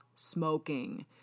Smoking